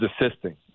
assisting